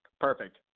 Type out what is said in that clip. Perfect